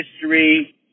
history